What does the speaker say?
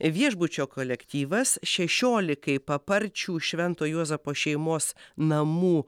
viešbučio kolektyvas šešiolikai paparčių švento juozapo šeimos namų